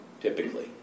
typically